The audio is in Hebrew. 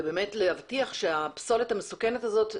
ובאמת להבטיח שהפסולת המסוכנת הזאת,